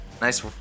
Nice